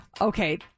okay